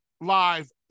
live